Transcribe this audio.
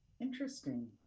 interesting